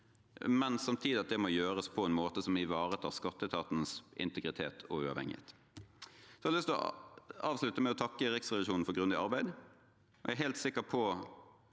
har gitt, og at det må gjøres på en måte som ivaretar skatteetatens integritet og uavhengighet. Jeg har lyst til å avslutte med å takke Riksrevisjonen for et grundig arbeid. Jeg er helt sikker på